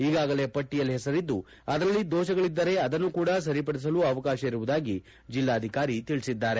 ಈಗಾಗಲೇ ಪಟ್ಟಿಯಲ್ಲಿ ಹೆಸರಿದ್ದು ಅದರಲ್ಲಿ ದೋಷಗಳಿದ್ದರೆ ಅದನ್ನು ಕೂಡಾ ಸರಿ ಪಡಿಸಲು ಅವಕಾಶ ಇರುವುದಾಗಿ ಜಿಲ್ಲಾಧಿಕಾರಿ ತಿಳಿಸಿದ್ದಾರೆ